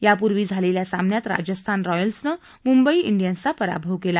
यापूर्वी झालेल्या सामन्यात राजस्थान रॉयल्सनं मुंबई डियन्सचा पराभव केला